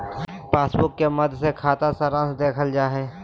passbook के माध्मय से खाता सारांश देखल जा हय